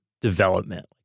development